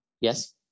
yes